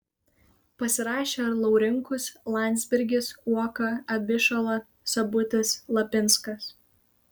pasirašė laurinkus landsbergis uoka abišala sabutis lapinskas